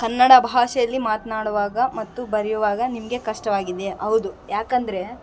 ಕನ್ನಡ ಭಾಷೆಯಲ್ಲಿ ಮಾತನಾಡುವಾಗ ಮತ್ತು ಬರೆಯುವಾಗ ನಿಮಗೆ ಕಷ್ಟವಾಗಿದೆಯ ಹೌದು ಯಾಕಂದರೆ